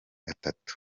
atatu